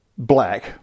black